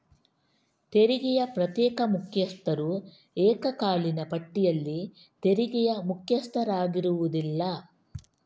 ತೆರಿಗೆಯ ಪ್ರತ್ಯೇಕ ಮುಖ್ಯಸ್ಥರು ಏಕಕಾಲೀನ ಪಟ್ಟಿಯಲ್ಲಿ ತೆರಿಗೆಯ ಮುಖ್ಯಸ್ಥರಾಗಿರುವುದಿಲ್ಲ